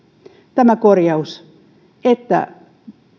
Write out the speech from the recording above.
tämä korjaus että